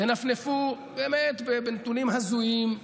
תנפנפו בנתונים באמת הזויים,